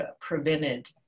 prevented